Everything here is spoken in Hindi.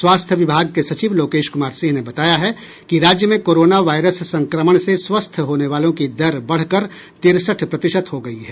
स्वास्थ्य विभाग के सचिव लोकेश कुमार सिंह ने बताया है कि राज्य में कोरोना वायरस संक्रमण से स्वस्थ होने वालों की दर बढ़कर तिरसठ प्रतिशत हो गई है